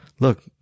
Look